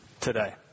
today